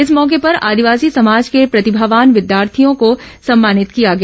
इस मौके पर आदिवासी समाज के प्रतिभावान विद्यार्थियों को सम्मानित किया गया